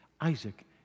Isaac